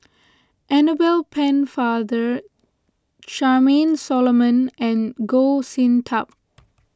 Annabel Pennefather Charmaine Solomon and Goh Sin Tub